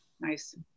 Nice